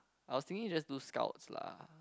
I was thinking just do scouts lah